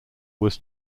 was